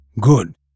Good